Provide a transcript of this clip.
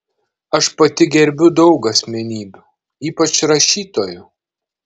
aš pati gerbiu daug asmenybių ypač rašytojų